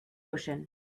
ocean